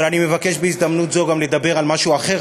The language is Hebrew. אבל אני מבקש בהזדמנות זו גם לדבר על משהו אחר,